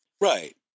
Right